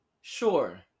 Sure